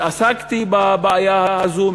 התעסקתי בבעיה הזו,